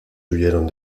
huyeron